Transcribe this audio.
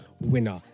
winner